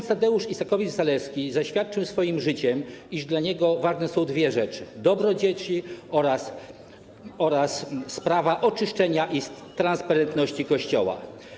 Ks. Tadeusz Isakowicz-Zaleski zaświadczył swoim życiem, iż dla niego ważne są dwie rzeczy: dobro dzieci oraz sprawa oczyszczenia i transparentności Kościoła.